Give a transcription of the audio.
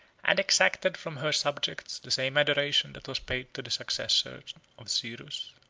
and exacted from her subjects the same adoration that was paid to the successor of cyrus.